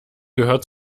gehört